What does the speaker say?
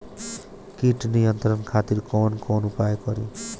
कीट नियंत्रण खातिर कवन कवन उपाय करी?